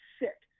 sick